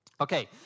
Okay